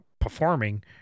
performing